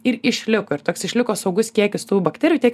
ir išliko ir toks išliko saugus kiekis tų bakterijų tiek